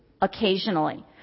occasionally